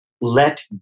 let